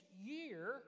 year